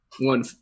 one